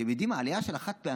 אתם יודעים, העלייה של החד-פעמי,